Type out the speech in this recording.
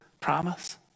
promise